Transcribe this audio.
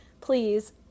please